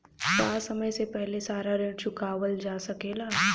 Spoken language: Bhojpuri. का समय से पहले सारा ऋण चुकावल जा सकेला?